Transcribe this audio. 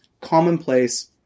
commonplace